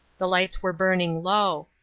the lights were burning low.